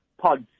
pods